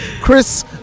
Chris